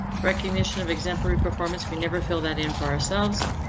recognition of exemplary performance. we never feel that in for ourselves.